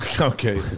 Okay